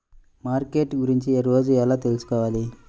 Market గురించి రోజు ఎలా తెలుసుకోవాలి?